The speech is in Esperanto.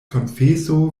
konfeso